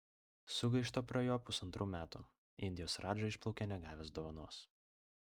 sugaišta prie jo pusantrų metų indijos radža išplaukia negavęs dovanos